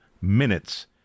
minutes